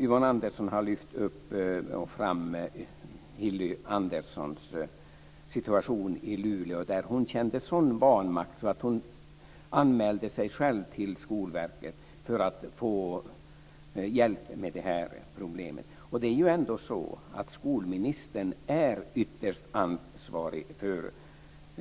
Yvonne Andersson har lyft fram situationen för Hilly Andersson i Luleå, som kände sådan vanmakt att hon anmälde sig själv till Skolverket för att få hjälp med problemen. Det är ju ändå så att skolministern är ytterst ansvarig för